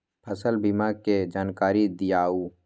फसल बीमा के जानकारी दिअऊ?